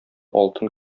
алтын